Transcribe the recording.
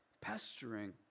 pestering